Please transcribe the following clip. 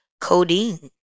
codeine